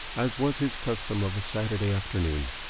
as was his custom of a saturday afternoon,